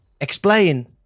explain